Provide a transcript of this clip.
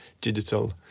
digital